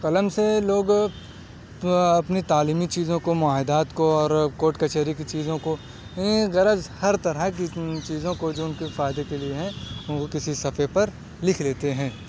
قلم سے لوگ اپنی تعلیمی چیزوں کو معاہدات کو اور کوٹ کچہری کی چیزوں کو غرض ہر طرح کی چیزوں کو جو ان کے فائدے کے لیے ہے وہ کسی صفحے پر لکھ لیتے ہیں